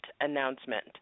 announcement